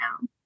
now